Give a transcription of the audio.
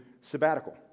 sabbatical